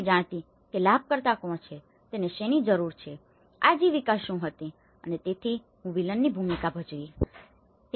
હું નથી જાણતો કે લાભકર્તા કોણ છે તેમને શાની જરૂર છે આજીવિકા શું હતી અને તેથી હું વિલનની ભૂમિકા ભજવી રહ્યો હતો